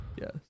Yes